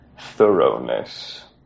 thoroughness